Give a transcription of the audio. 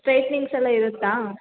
straightenings ಎಲ್ಲ ಇರುತ್ತಾ